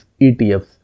ETFs